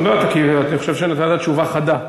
לא, כי אני חושב שנתת תשובה חדה.